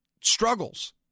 struggles